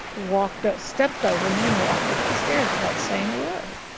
walked ah stepped over me and walked up the stairs without saying a word.